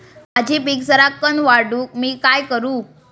माझी पीक सराक्कन वाढूक मी काय करू?